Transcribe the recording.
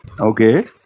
Okay